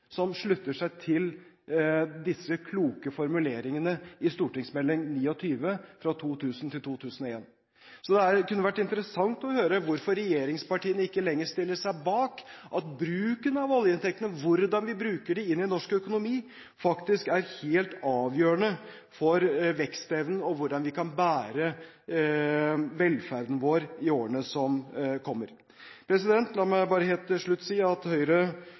som slutter seg til disse kloke formuleringene i St.meld. nr. 29 for 2000–2001. Det kunne vært interessant å høre hvorfor regjeringspartiene ikke lenger stiller seg bak at bruken av oljeinntektene, hvordan vi bruker dem inn i norsk økonomi, faktisk er helt avgjørende for vekstevnen og hvordan vi kan bære velferden vår i årene som kommer. La meg bare helt til slutt si at Høyre